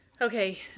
Okay